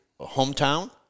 hometown